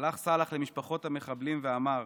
הלך סלאח למשפחות המחבלים ואמר: